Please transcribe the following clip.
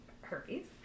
herpes